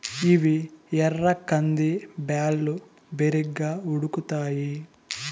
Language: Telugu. ఇవి ఎర్ర కంది బ్యాళ్ళు, బిరిగ్గా ఉడుకుతాయి